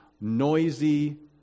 noisy